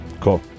Cool